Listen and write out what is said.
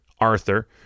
Arthur